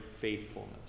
faithfulness